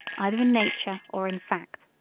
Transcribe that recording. either in nature or in fact.